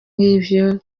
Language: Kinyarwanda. n’imvano